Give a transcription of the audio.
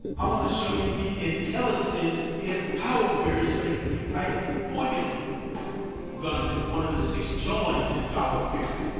i'm gonna show you the intellisense in power query so that we can write a formula. we're gonna do one of the six joins in power query.